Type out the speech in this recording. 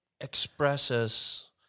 expresses